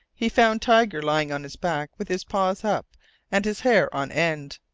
he found tiger lying on his back, with his paws up and his hair on end.